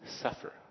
suffer